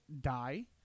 die